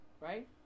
right